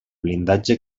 blindatge